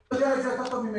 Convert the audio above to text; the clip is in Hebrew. אתה יודע את זה טוב ממני.